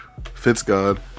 Fitzgod